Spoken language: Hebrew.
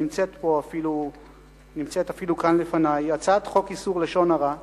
היא נמצאת אפילו כאן לפני הצעת חוק איסור לשון הרע (תיקון,